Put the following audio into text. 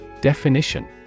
Definition